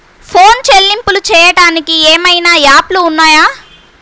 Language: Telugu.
ఫోన్ చెల్లింపులు చెయ్యటానికి ఏవైనా యాప్లు ఉన్నాయా?